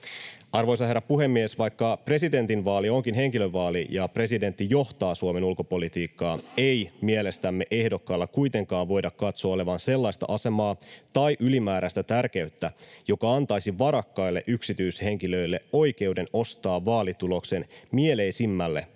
Arvoisa herra puhemies! Vaikka presidentinvaali onkin henkilövaali ja presidentti johtaa Suomen ulkopolitiikkaa, ei mielestämme ehdokkaalla kuitenkaan voida katsoa olevan sellaista asemaa tai ylimääräistä tärkeyttä, joka antaisi varakkaille yksityishenkilöille oikeuden ostaa vaalituloksen mieleisimmälle ehdokkaalleen.